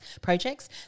projects